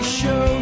show